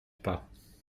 pas